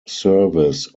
service